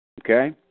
Okay